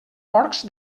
porcs